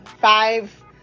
five